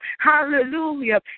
Hallelujah